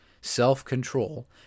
self-control